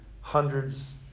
hundreds